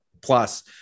plus